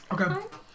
Okay